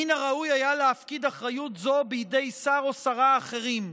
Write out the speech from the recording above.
מן הראוי היה להפקיד אחריות זו בידי שר או שרה אחרים,